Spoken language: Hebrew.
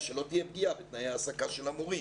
של תהיה פגיעה בתנאי העסקה של המורים.